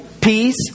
peace